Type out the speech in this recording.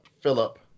philip